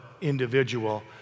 individual